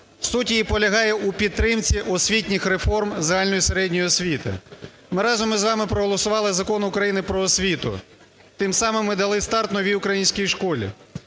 Суть її полягає у підтримці освітніх реформ загальної середньої освіти. Ми разом із вами проголосували Закон України "Про освіту". Тим самим ми дали старт новій українській школі.